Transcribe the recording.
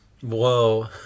whoa